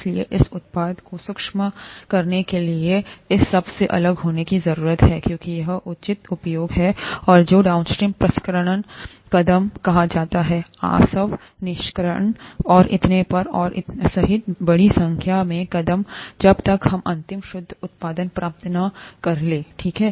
इसलिए इस उत्पाद को सक्षम करने के लिए इस सब से अलग होने की जरूरत है क्योंकि यह उचित उपयोग है और जो डाउनस्ट्रीम प्रसंस्करण कदम कहा जाता है आसवन निष्कर्षण और इतने पर और इतने पर सहित बड़ी संख्या में कदम जब तक हम अंतिम शुद्ध उत्पाद प्राप्त न कर लें ठीक है